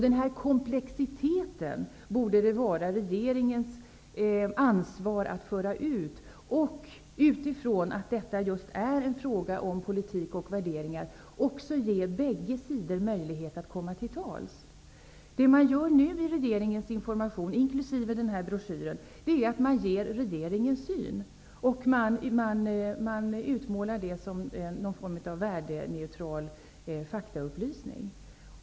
Det borde vara regeringens ansvar att föra ut denna komplexitet och, sett utifrån att detta är en fråga om politik och värderingar, också ge båda sidor möjlighet att komma till tals. Det man gör nu i regeringens information inkl. den här broschyren är att man ger regeringens syn. Man utmålar detta som någon form av värdeneutral faktaupplysning.